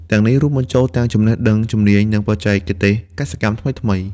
ទាំងនេះរួមបញ្ចូលទាំងចំណេះដឹង ជំនាញ និងបច្ចេកទេសកសិកម្មថ្មីៗ។